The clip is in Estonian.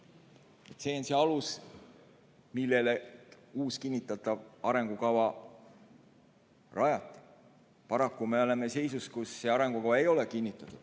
See on see alus, millele uus kinnitatav arengukava rajati. Paraku oleme seisus, et see arengukava ei ole kinnitatud